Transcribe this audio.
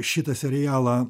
šitą serialą